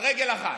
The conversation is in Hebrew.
על רגל אחת.